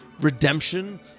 redemption